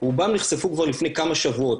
רובם נחשפו כבר לפני כמה שבועות,